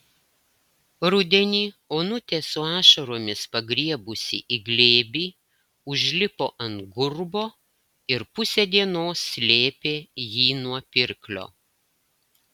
rudenį onutė su ašaromis pagriebusi į glėbį užlipo ant gurbo ir pusę dienos slėpė jį nuo pirklio